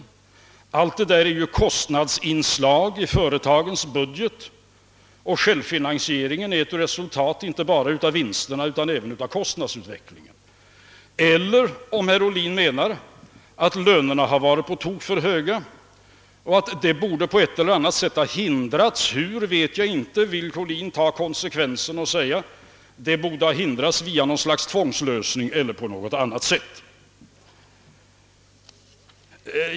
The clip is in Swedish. Allt detta utgör ju kostnader i företagens budget, och självfinansieringsgraden är ett resultat inte bara av vinsterna utan också av kostnadsutvecklingen. Eller menar herr Ohlin att lönerna varit på tok för höga och att den utvecklingen på ett eller annat sätt — hur vet jag inte — borde ha förhindrats? Vill herr Ohlin ta konsekvenserna av sitt resonemang och säga att löneutvecklingen borde ha förhindrats t.ex. genom något slags tvångsåtgärder?